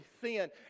sin